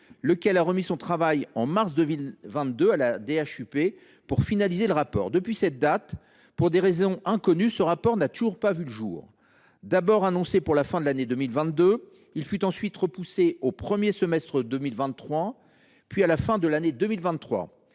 qui a remis son travail en mars 2022 à la DHUP, afin que celle ci finalise le rapport. Depuis cette date, pour des raisons inconnues, le rapport n’a toujours pas été publié. D’abord annoncé pour la fin de l’année 2022, il a été ensuite repoussé au premier semestre 2023, puis à la fin de l’année 2023.